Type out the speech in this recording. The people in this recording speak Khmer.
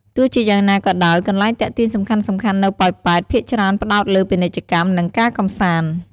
ទោះជាយ៉ាងណាក៏ដោយ កន្លែងទាក់ទាញសំខាន់ៗនៅប៉ោយប៉ែតភាគច្រើនផ្តោតលើពាណិជ្ជកម្ម និង ការកម្សាន្ត។